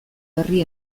berri